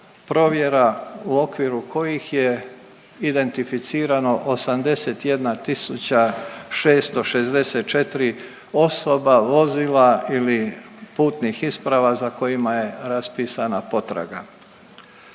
u okviru kojih je identificirano 81 664 osoba, vozila ili putnih isprava za kojima je raspisana potraga.